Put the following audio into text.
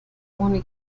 ohne